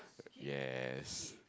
yes